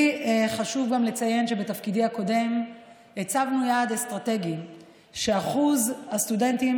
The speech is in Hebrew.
חשוב לי גם לציין שבתפקידי הקודם הצבנו יעד אסטרטגי שאחוז הסטודנטים